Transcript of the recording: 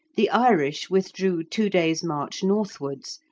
the irish withdrew two days' march northwards,